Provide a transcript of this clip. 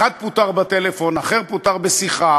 אחד פוטר בטלפון, אחר פוטר בשיחה.